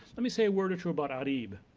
let me say a word or two about arib.